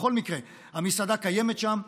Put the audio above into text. בכל מקרה, המסעדה קיימת שם,